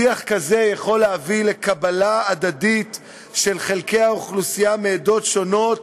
שיח כזה יכול להביא לקבלה הדדית של חלקי האוכלוסייה מעדות שונות,